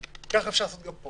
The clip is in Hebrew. כך אפשר לעשות גם פה